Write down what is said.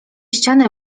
ściany